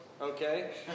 Okay